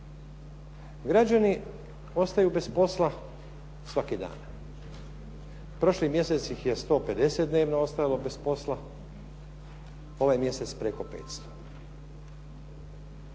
Građani ostaju bez posla svaki dan. Prošli mjesec ih je 150 dnevno ostajalo bez posla, ovaj mjesec preko 500.